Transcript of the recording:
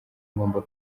ngomba